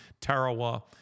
Tarawa